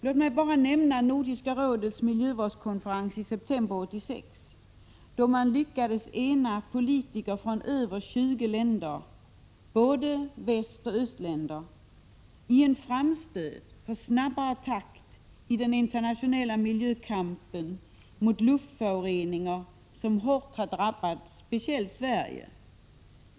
Låt mig bara nämna Nordiska rådets miljövårdskonferens i september 1986, då man lyckades ena politiker från över 20 länder — både västoch östländer — i en framstöt för snabbare tempo i den internationella miljökampen mot luftföroreningarna, som hårt har drabbat speciellt Sverige.